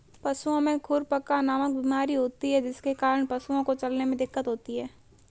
पशुओं में खुरपका नामक बीमारी होती है जिसके कारण पशुओं को चलने में दिक्कत होती है